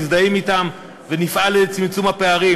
מזדהים אתם ונפעל לצמצום הפערים.